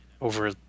over